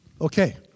Okay